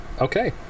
okay